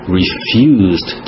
refused